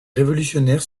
révolutionnaire